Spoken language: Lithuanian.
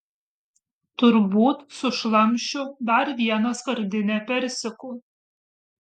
turbūt sušlamšiu dar vieną skardinę persikų